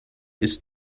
ist